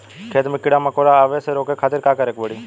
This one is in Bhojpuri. खेत मे कीड़ा मकोरा के आवे से रोके खातिर का करे के पड़ी?